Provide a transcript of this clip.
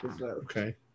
Okay